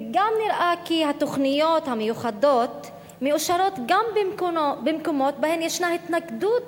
וגם נראה כי התוכניות המיוחדות מאושרות גם במקומות שבהם ישנה התנגדות